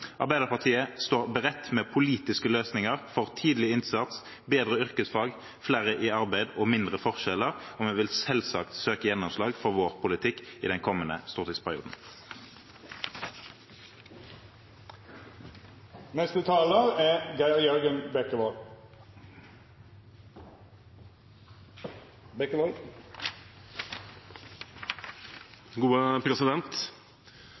Arbeiderpartiet står beredt med politiske løsninger for tidlig innsats, bedre yrkesfag, flere i arbeid og mindre forskjeller, og vi vil selvsagt søke å få gjennomslag for vår politikk i den kommende